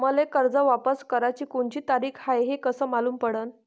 मले कर्ज वापस कराची कोनची तारीख हाय हे कस मालूम पडनं?